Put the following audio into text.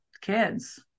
kids